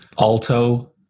Alto